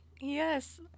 Yes